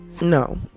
No